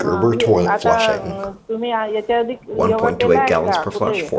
हा ये आता तुम्ही याच्या आधी योगा केला आहे का कुठे